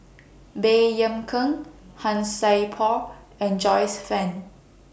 Baey Yam Keng Han Sai Por and Joyce fan